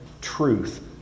truth